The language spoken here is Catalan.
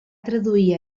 traduir